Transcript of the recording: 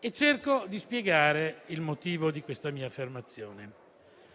Cercherò quindi di spiegare il motivo di questa mia affermazione.